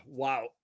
Wow